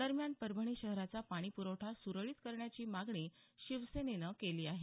दरम्यान परभणी शहराचा पाणीपुरवठा सुरळित करण्याची मागणी शिवसेनेनं केली आहे